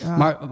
Maar